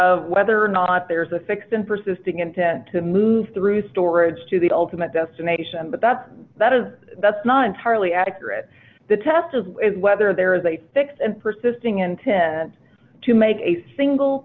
of whether or not there is a fix in persisting intent to move through storage to the ultimate destination but that's that is that's not entirely accurate the test of whether there is a fix and persisting intent to make a single